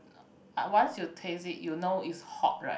once you taste it you know is hot right